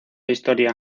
historia